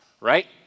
right